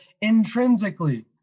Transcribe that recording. intrinsically